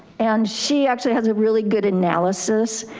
and she actually has a really good analysis.